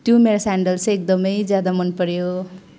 त्यो मेरो स्यान्डल चाहिँ एकदमै ज्यादा मन पऱ्यो